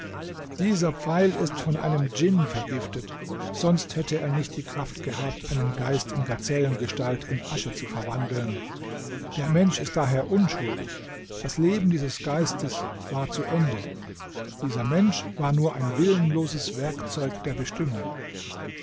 dieser pfeil ist von einem djinn vergiftet sonst hätte er nicht die kraft gehabt einen geist in gazellengestalt in asche zu verwandeln der mensch ist daher unschuldig das leben dieses geistes war zu ende dieser mensch war nur ein willenloses werkzeug der bestimmung